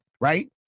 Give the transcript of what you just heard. right